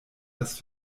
dass